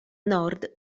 nord